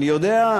אני יודע.